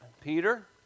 Peter